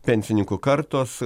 pensininkų kartos